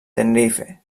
tenerife